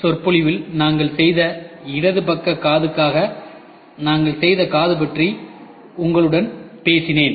அறிமுக சொற்பொழிவி ல்நாங்கள் செய்த இடது பக்க காதுக்காக நாங்கள் செய்த காது பற்றி நான் உங்களுடன் பேசினேன்